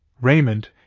Raymond